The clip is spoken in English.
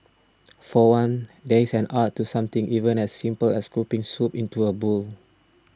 for one there is an art to something even as simple as scooping soup into a bowl